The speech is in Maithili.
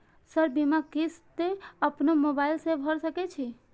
सर बीमा किस्त अपनो मोबाईल से भर सके छी?